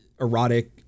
erotic